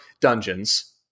dungeons